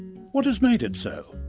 what has made it so?